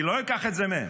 אני לא אקח את זה מהם,